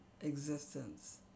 existence